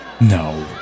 no